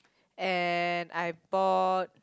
and I bought